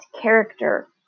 character